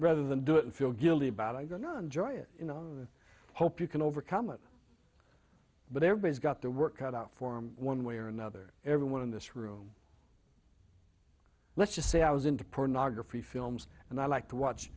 rather than do it and feel guilty about it or not enjoy it hope you can overcome it but everybody's got their work cut out for him one way or another everyone in this room let's just say i wasn't pornography films and i like to watch